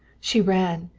she ran,